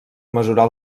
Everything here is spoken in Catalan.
mesurar